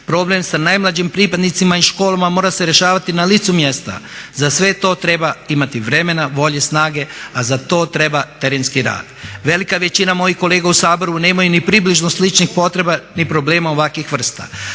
problem sa najmlađim pripadnicima i školama mora se rješavati na licu mjesta. Za sve to treba imati vremena, volje, snage a za to treba terenski rad. Velika većina mojih kolega u saboru nemaju ni približno sličnih potreba ni problema ovakvih vrsta,